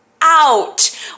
out